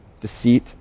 deceit